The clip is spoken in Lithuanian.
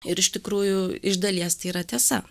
ir iš tikrųjų iš dalies tai yra tiesa